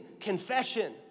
confession